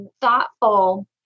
thoughtful